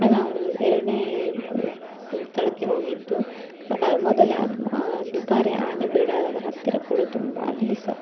ನಾವು ಎರಡನೇ ಸ್ಥಳಕ್ಕೆ ಹೋಗಿದ್ದು ಮೊದಲ ದುಬಾರೆ ಆನೆ ಬಿಡಾರದ ಹತ್ತಿರ ಕೂಡ ತುಂಬ ಅಲ್ಲಿ ಸಹ